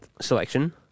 selection